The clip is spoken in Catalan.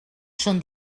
són